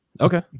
Okay